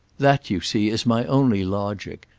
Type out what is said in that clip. that, you see, is my only logic.